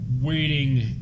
waiting